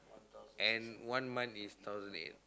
and one month is thousand eight